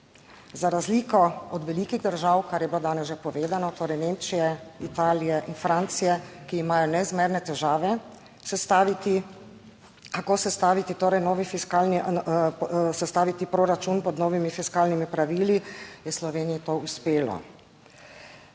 za razliko od velikih držav, kar je bilo danes že povedano, torej Nemčije, Italije in Francije, ki imajo neizmerne težave kako sestaviti torej novi fiskalni proračun pod novimi fiskalnimi pravili, je Sloveniji to uspelo.